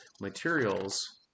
materials